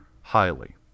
highly